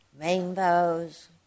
rainbows